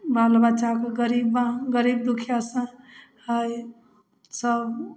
बाल बच्चाके गरीब दुखिआ सऽ आइ सब